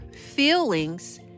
feelings